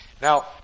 Now